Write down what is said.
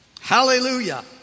Hallelujah